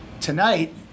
tonight